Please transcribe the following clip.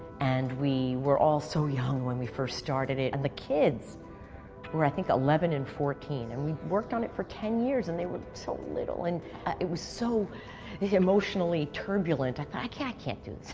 and we were all so young when we first started it. and the kids were, i think, eleven and fourteen. and we worked on it for ten years, and they were so little. and it was so emotionally turbulent, i thought, i can't can't do this.